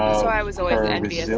so i was envious of